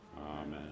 Amen